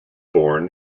born